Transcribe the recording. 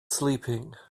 sleeping